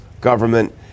government